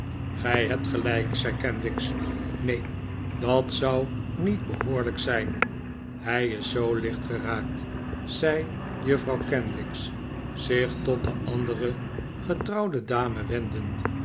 gij hebt gelijk zei kenwigs neen dat zou niet behoorlijk zijn hij is zoo lichtgeraakt zei juffrouw kenwigs zich tot de andere getrouwde dame wendend